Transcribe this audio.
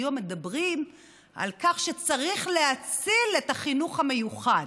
היום מדברים על כך שצריך להציל את החינוך המיוחד.